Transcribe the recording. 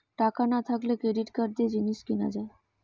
টাকা না থাকলে ক্রেডিট কার্ড দিয়ে জিনিস কিনা যায়